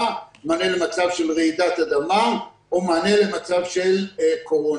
למענה על רעידת אדמה או מענה למצב של קורונה.